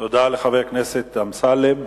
תודה לחבר הכנסת אמסלם.